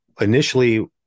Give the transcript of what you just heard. initially